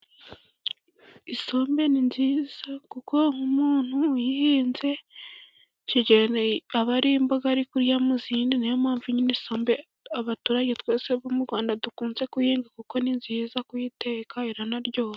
Isombe ni nziza, kuko umuntu uyihinze aba ari imboga ari kurya mu izindi, niyo mpamvu nyine abaturage twese bo mu Rwanda dukunze kuyihinga, kuko ni nziza kuyiteka iranaryoha.